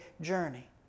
journey